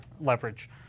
leverage